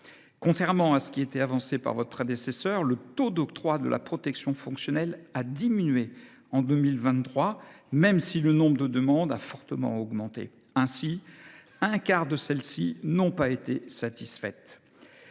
Contrairement à ce qui était avancé par votre prédécesseur, madame la ministre, le taux d’octroi de la protection fonctionnelle a diminué en 2023, même si le nombre de demandes a fortement augmenté. Ainsi, un quart de celles ci n’ont pas été satisfaites.